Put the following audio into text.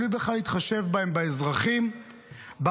בלי להתחשב באזרחים בכלל,